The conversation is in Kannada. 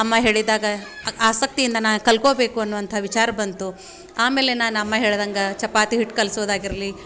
ಅಮ್ಮ ಹೇಳಿದ್ದಾಗ ಆಸಕ್ತಿಯಿಂದ ನಾನು ಕಲ್ತ್ಕೊಳ್ಬೇಕು ಅನ್ನುವಂಥ ವಿಚಾರ ಬಂತು ಆಮೇಲೆ ನಾನು ಅಮ್ಮ ಹೇಳ್ದಂಗೆ ಚಪಾತಿ ಹಿಟ್ಟು ಕಲಸೋದಾಗಿರ್ಲಿ